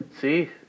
See